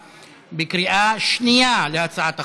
עוברים להצבעה בקריאה שנייה להצעת החוק.